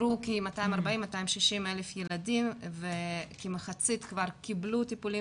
אותרו כ-260,000-240,000 ילדים וכמחצית קיבלו טיפולים